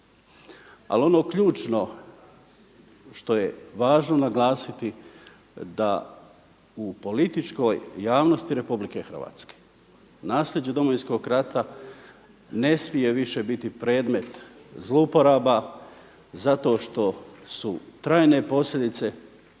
Ali ono ključno što je važno naglasiti da u političkoj javnosti Republike Hrvatske naslijeđe Domovinskog rata ne smije više biti predmet zlouporaba zato što su trajne posljedice